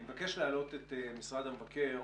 אני מבקש להעלות את משרד המבקר.